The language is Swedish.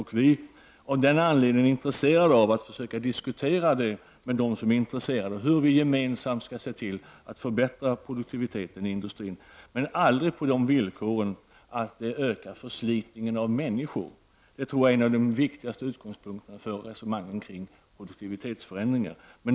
Vi är av den anledningen intresserade av att diskutera med andra intresserade hur vi gemensamt skall se till att förbättra produktiviteten i industrin. Men det får aldrig ske på de villkoren att det ökar förslitningen av människor. Det tror jag är en av de viktigaste utgångspunkterna för resonemangen kring produktivitetsförändringar.